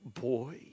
boy